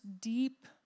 deep